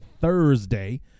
Thursday